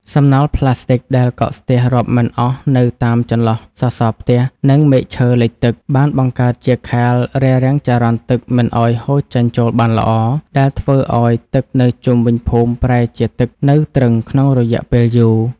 សំណល់ផ្លាស្ទិកដែលកកស្ទះរាប់មិនអស់នៅតាមចន្លោះសសរផ្ទះ និងមែកឈើលិចទឹក បានបង្កើតជាខែលរារាំងចរន្តទឹកមិនឱ្យហូរចេញចូលបានល្អ ដែលធ្វើឱ្យទឹកនៅជុំវិញភូមិប្រែជាទឹកនៅទ្រឹងក្នុងរយៈពេលយូរ។